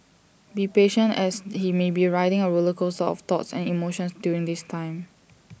be patient as he may be riding A roller coaster of thoughts and emotions during this time